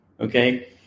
okay